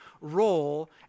role